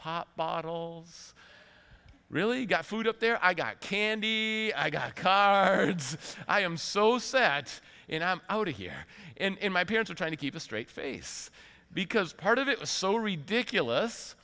pop bottles really got food up there i got candy i got caught i am so sad you know i'm out here in my parents are trying to keep a straight face because part of it was so ridiculous